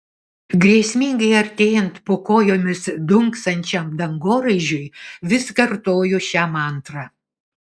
grėsmingai artėjant po kojomis dunksančiam dangoraižiui vis kartoju šią mantrą